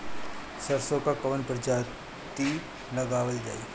सरसो की कवन प्रजाति लगावल जाई?